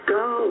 go